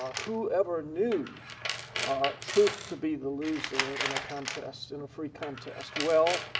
whoever knew truth to be the loser in a contest, in a free contest. well,